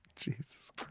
Jesus